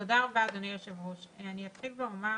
תודה רבה, אדוני היושב-ראש, אני אתחיל ואומר